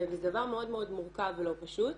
וזה דבר מאוד מאוד מורכב ולא פשוט.